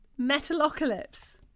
Metalocalypse